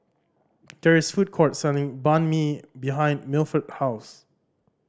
there is a food court selling Banh Mi behind Milford house